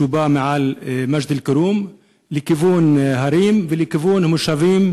שבא מעל מג'ד-אלכרום לכיוון ההרים ולכיוון המושבים,